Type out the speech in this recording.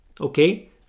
okay